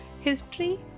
history